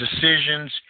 decisions